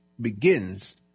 begins